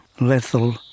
lethal